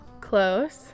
Close